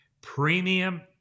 Premium